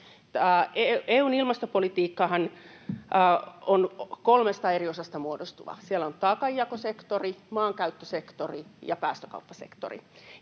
EU:n ilmastopolitiikkahan on kolmesta eri osasta muodostuva: siellä on taakanjakosektori, maankäyttösektori ja päästökauppasektori.